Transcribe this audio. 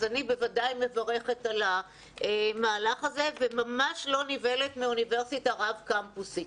אני בוודאי מברכת על המהלך וממש לא נבהלת מאוניברסיטה רב קמפוסית.